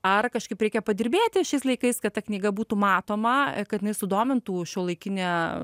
ar kažkaip reikia padirbėti šiais laikais kad ta knyga būtų matoma kad jinai sudomintų šiuolaikinę